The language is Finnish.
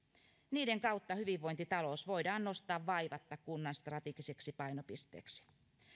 niiden kautta hyvinvointitalous voidaan nostaa vaivatta kunnan strategiseksi painopisteeksi